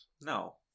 No